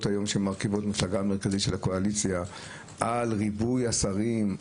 שמרכיבות את הקואליציה על ריבוי השרים,